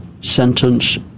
sentence